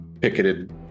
picketed